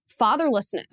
fatherlessness